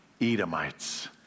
Edomites